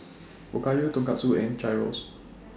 Okayu Tonkatsu and Gyros